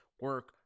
Work